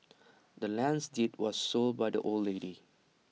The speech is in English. the land's deed was sold by the old lady